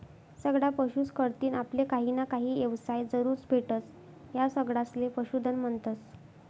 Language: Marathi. सगळा पशुस कढतीन आपले काहीना काही येवसाय जरूर भेटस, या सगळासले पशुधन म्हन्तस